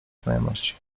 znajomości